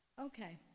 Okay